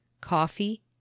coffee